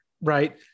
right